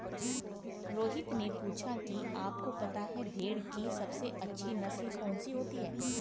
रोहित ने पूछा कि आप को पता है भेड़ की सबसे अच्छी नस्ल कौन सी होती है?